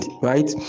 right